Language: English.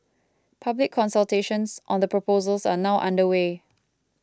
public consultations on the proposals are now underway